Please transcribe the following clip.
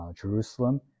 Jerusalem